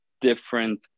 different